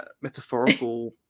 metaphorical